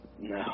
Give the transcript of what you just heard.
No